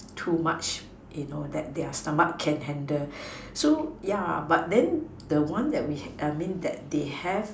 too much you know that their stomach can handle so yeah but then the one that we I mean that they have